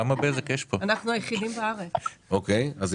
אני לא בטוח שכשמאיידים גליצרין צמחי ולא אוכלים אותו,